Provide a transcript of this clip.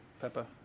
Pepper